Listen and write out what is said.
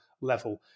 level